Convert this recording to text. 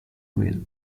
will